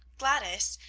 gladys,